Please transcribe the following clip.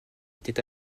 était